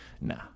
nah